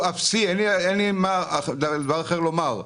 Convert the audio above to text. הוא אפסי, ואין לי דבר אחר לומר.